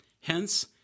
Hence